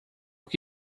que